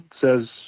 says